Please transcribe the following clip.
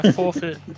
forfeit